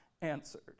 answered